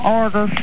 order